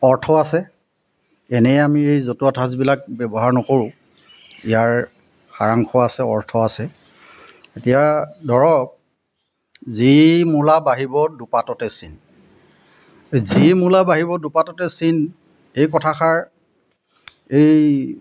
অৰ্থ আছে এনেই আমি এই জতুৱা ঠাঁচবিলাক ব্যৱহাৰ নকৰোঁ ইয়াৰ সাৰাংশ আছে অৰ্থ আছে এতিয়া ধৰক যি মূলা বাঢ়িব দুপাততে চিন যি মূলা বাঢ়িব দুপাততে চিন এই কথাষাৰ এই